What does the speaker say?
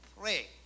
pray